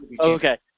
Okay